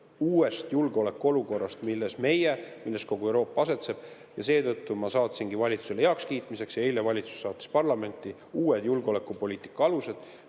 uuest julgeolekuolukorrast, milles meie, milles kogu Euroopa asetseb. Seetõttu ma saatsingi valitsusele heakskiitmiseks – ja eile valitsus saatis parlamenti – uued julgeolekupoliitika alused,